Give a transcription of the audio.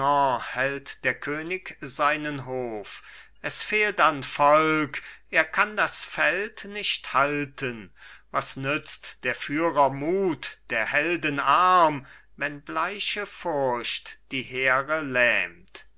hält der könig seinen hof es fehlt an volk er kann das feld nicht halten was nützt der führer mut der helden arm wenn bleiche furcht die heere lähmt